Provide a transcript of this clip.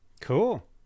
Cool